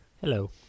Hello